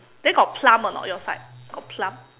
then got plum or not your side got plum